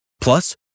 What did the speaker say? Plus